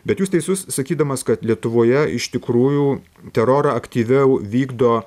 bet jūs teisus sakydamas kad lietuvoje iš tikrųjų terorą aktyviau vykdo